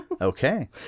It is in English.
okay